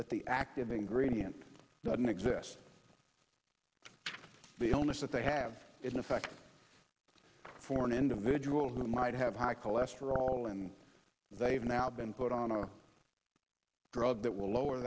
that the active ingredient doesn't exist the illness that they have in effect for an individual who might have high cholesterol and they've now been put on a drug that will lower